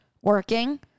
working